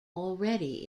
already